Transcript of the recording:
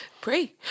pray